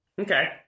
Okay